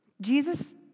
Jesus